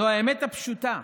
זו האמת הפשוטה,